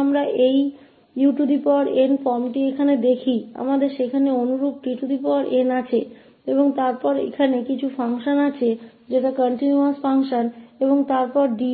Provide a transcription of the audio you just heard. अब हम इस फार्म को देखो यहाँ हमारे पास है un तो इस के सामान वहां हमारे पास है tnऔर फिर हमारे पास कुछ function यहां है कुछ continuous function और फिर हमारे पास है 𝑑𝑢